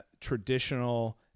traditional